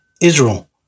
Israel